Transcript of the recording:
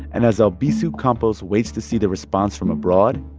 and as albizu campos waits to see the response from abroad,